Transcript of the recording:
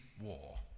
war